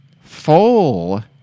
full